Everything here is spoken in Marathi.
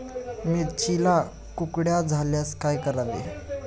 मिरचीला कुकड्या झाल्यास काय करावे?